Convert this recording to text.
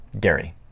Gary